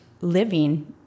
living